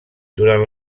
durant